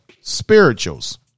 spirituals